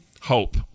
hope